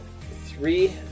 three